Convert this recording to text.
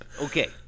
Okay